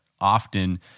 often